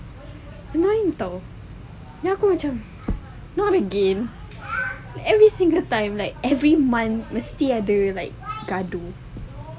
nine tahu then aku macam not again every single time like every month mesti ada like gaduh